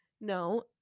No